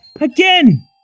Again